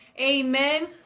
Amen